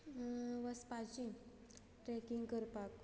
वसपाची tracking करपाक